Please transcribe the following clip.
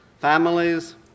families